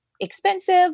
Expensive